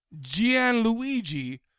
Gianluigi